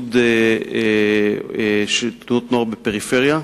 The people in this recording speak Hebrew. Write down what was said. לסבסוד של תנועות נוער בפריפריה,